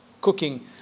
cooking